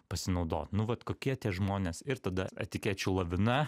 pasinaudot nu vat kokie tie žmonės ir tada etikečių lavina